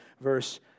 verse